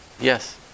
Yes